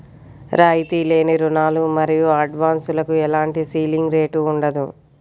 రాయితీ లేని రుణాలు మరియు అడ్వాన్సులకు ఎలాంటి సీలింగ్ రేటు ఉండదు